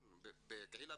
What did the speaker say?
בקהילה